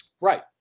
Right